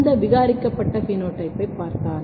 இந்த விகாரிக்கப்பட்ட பினோடைப்பைப் பார்த்தால்